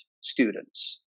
students